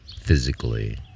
physically